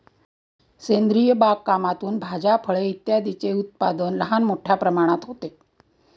सेंद्रिय बागकामातून भाज्या, फळे इत्यादींचे उत्पादन लहान मोठ्या प्रमाणात होते